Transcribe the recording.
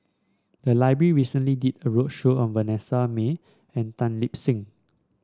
the library recently did a roadshow on Vanessa Mae and Tan Lip Seng